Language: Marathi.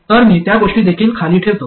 तर मी त्या गोष्टी देखील खाली ठेवतो